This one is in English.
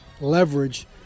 leverage